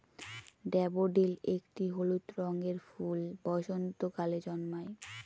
daffodil একটি হলুদ রঙের ফুল বসন্তকালে জন্মায়